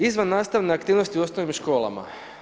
Izvannastavne aktivnosti u osnovnim školama.